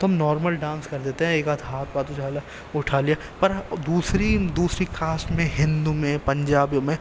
تو ہم normal dance کر دیتے ہیں ایک آدھ ہاتھ واتھ اچھالا اٹھا لیا پر دوسری دوسری کاسٹ میں ہندو میں پنجابیوں میں